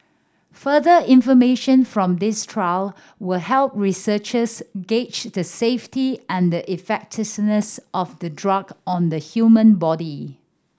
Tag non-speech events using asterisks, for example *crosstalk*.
further information from this trial will help researchers gauge the safety and *unintelligible* of the drug on the human body